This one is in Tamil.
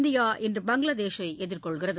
இந்தியா இன்று பங்களாதேஷை எதிர்கொள்கிறது